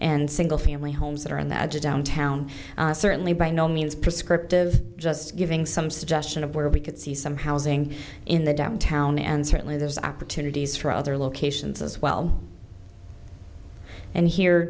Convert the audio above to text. and single family homes that are on the edge of downtown certainly by no means prescriptive just giving some suggestion of where we could see some housing in the downtown and certainly there's opportunities for other locations as well and here